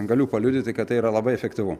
galiu paliudyti kad tai yra labai efektyvu